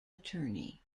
attorney